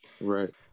right